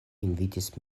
invitas